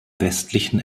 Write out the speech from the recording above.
westlichen